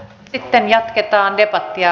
sitten jatketaan debattia